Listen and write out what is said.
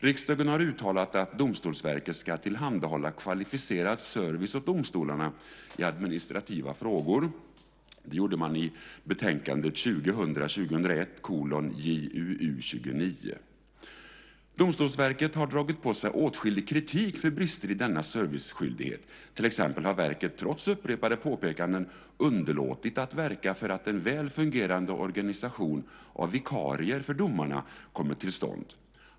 Riksdagen har uttalat att Domstolsverket ska tillhandahålla kvalificerad service åt domstolarna i administrativa frågor . Domstolsverket har dragit på sig åtskillig kritik för brister i denna serviceskyldighet. Till exempel har verket, trots upprepade påpekanden, underlåtit att verka för att en väl fungerande organisation av vikarier för domarna kommit till stånd.